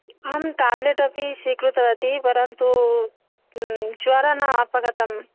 अहं टाब्लेट् अपि स्वीकृतवती परन्तु ज्वरः न अपगतं